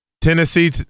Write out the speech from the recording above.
Tennessee